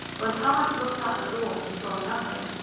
when thomas looked out the door and saw nothing,